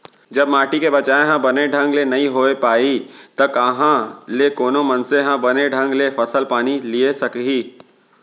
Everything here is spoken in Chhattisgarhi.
जब माटी के बचाय ह बने ढंग ले नइ होय पाही त कहॉं ले कोनो मनसे ह बने ढंग ले फसल पानी लिये सकही